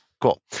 Cool